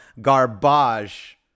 garbage